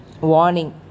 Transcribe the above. warning